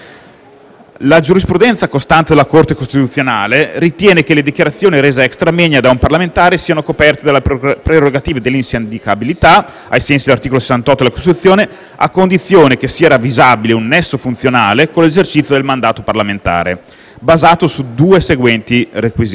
La giurisprudenza costante della Corte costituzionale ritiene che le dichiarazioni rese *extra moenia* da un parlamentare siano coperte dalla prerogativa dell'insindacabilità, ai sensi dell'articolo 68 della Costituzione, a condizione che sia ravvisabile un nesso funzionale con l'esercizio del mandato parlamentare, basato sui due seguenti requisiti: